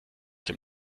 dem